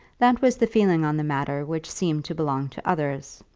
that was the feeling on the matter which seemed to belong to others.